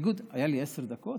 היו לי עשר דקות?